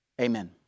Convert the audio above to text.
amen